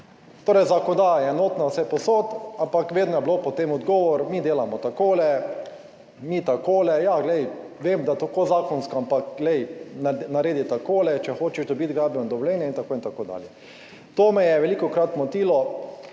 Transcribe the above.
Torej, zakonodaja je enotna vsepovsod, ampak vedno je bilo potem odgovor mi delamo takole, mi takole, ja, glej, vem, da tako zakonsko, ampak glej, naredi takole, če hočeš dobiti gradbeno dovoljenje in tako in tako dalje. To me je velikokrat motilo